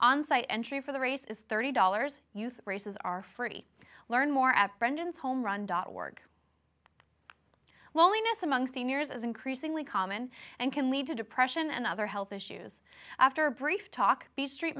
on site entry for the race is thirty dollars youth races are free learn more at brandon's home run dot org loneliness among seniors is increasingly common and can lead to depression and other health issues after a brief talk the street